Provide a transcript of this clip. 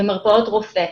במרפאות רופא,